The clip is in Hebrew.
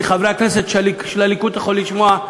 מחברי הכנסת של הליכוד אתה יכול לשמוע,